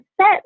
set